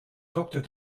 dokter